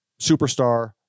superstar